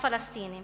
הפלסטינים